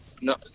No